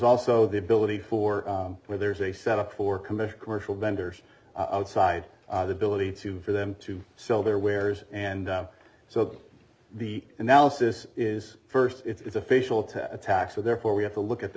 also the ability for where there's a set up for commissioner commercial vendors outside the billet for them to sell their wares and so the analysis is first it's official to attack so therefore we have to look at the